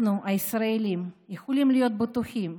אנחנו הישראלים יכולים להיות בטוחים,